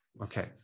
Okay